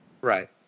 Right